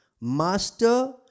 Master